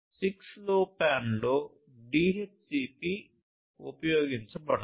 6LoWPAN లో DHCP ఉపయోగించబడదు